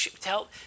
tell